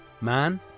man